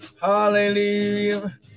Hallelujah